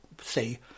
say